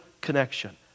connection